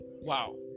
Wow